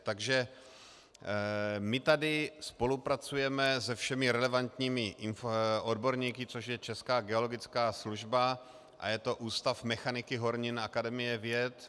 Takže my tady spolupracujeme se všemi relevantními odborníky, což je Česká geologická služba a je to Ústav mechaniky hornin Akademie věd.